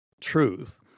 truth